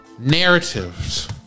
Narratives